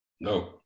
No